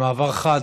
במעבר חד,